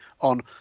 on